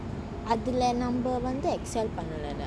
அதுல நம்ம வந்து:athula namma vanthu excel பண்ணலள:pannalala